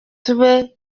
tube